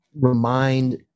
remind